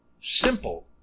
simple